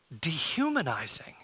dehumanizing